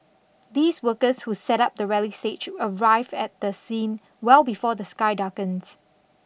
these workers who set up the rally stage arrive at the scene well before the sky darkens